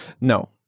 No